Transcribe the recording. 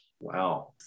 Wow